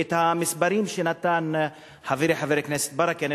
המספרים שנתן חברי חבר הכנסת ברכה,